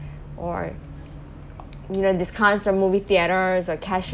or you know discount for movie theaters or cash